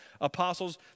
apostles